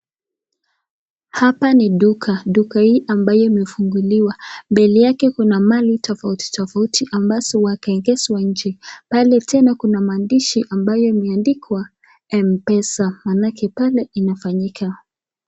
Hapa ni duka, duka hii ambayo imefunguliwa mbele yake kuna mali tofauti tofauti ambazo wamaekezwa nje , pale tena kuna maandishi mbayo imeandikwa mpesa manake pale inatumika.